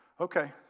Okay